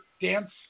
dance